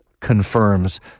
confirms